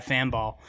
Fanball